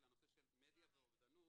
לנושא של מדיה ואובדנות.